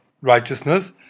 righteousness